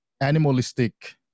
animalistic